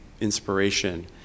inspiration